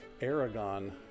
Aragon